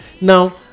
now